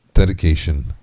Dedication